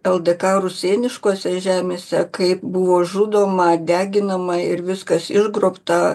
ldk rusėniškose žemėse kaip buvo žudoma deginama ir viskas išgrobta